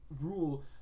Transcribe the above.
rule